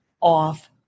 off